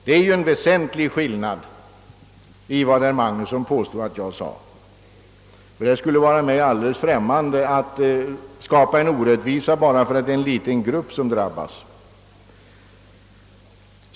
Detta är ju någonting helt annat än vad herr Magnusson påstod att jag sade. Det skulle vara mig alldeles främmande att vilja vara med om att skapa en orättvisa bara för att det är en liten grupp som drabbas.